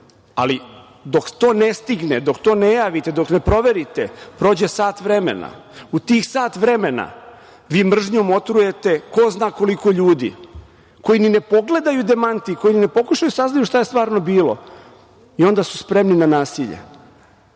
ali dok to ne stigne, dok to ne javite, dok ne proverite prođe sat vremena. U tih sat vremena vi mržnjom otrujete ko zna koliko ljudi koji ni ne pogledaju demanti, koji ne pokušaju da saznaju šta je stvarno bilo i onda su spremni na nasilje. Znate,